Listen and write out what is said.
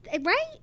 Right